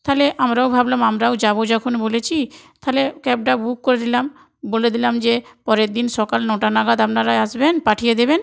থালে আমরাও ভাবলাম আমরাও যাবো যখন বলেছি থালে ক্যাবটা বুক করে দিলাম বলে দিলাম যে পরের দিন সকাল নটা নাগাদ আপনারা আসবেন পাঠিয়ে দেবেন